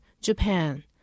JAPAN